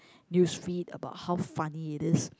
news feed about how funny is it